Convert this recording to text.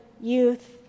youth